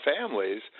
families